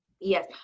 Yes